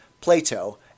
plato